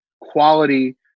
quality